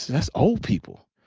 that's old people.